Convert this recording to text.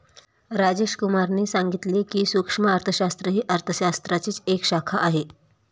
राजेश कुमार ने सांगितले की, सूक्ष्म अर्थशास्त्र ही अर्थशास्त्राचीच एक शाखा आहे